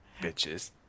Bitches